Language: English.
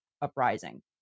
uprising